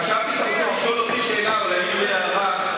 חשבתי שאתה רוצה לשאול שאלה או להעיר הערה,